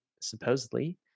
supposedly